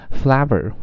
flavor